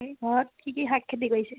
এই ঘৰত কি কি শাক খেতি কৰিছে